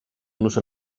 nus